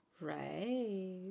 Right